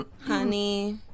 Honey